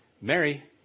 Mary